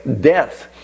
death